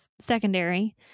secondary